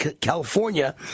California